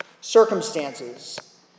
circumstances